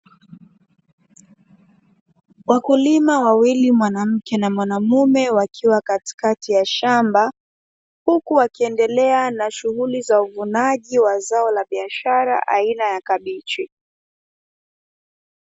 Wakulima wawili mwanamke na mwanaume wakiwa katikati ya shamba, huku wakiendelea na shughuli za uvunaji wa zao la biashara aina ya kabichi.